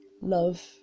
love